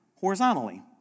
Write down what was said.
horizontally